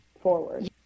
forward